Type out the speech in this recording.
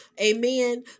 amen